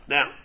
Now